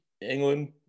England